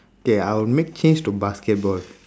okay I will make change to basketball